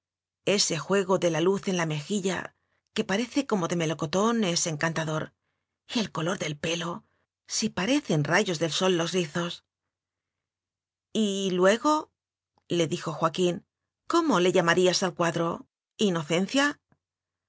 ese juego de la luz en la mejilla que parece como de melocotón es encantador y el color del pelo si parecen rayos del sol los rizos y luegole dijo joaquín cómo le lla marías al cuadro inocencia